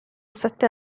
sette